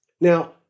Now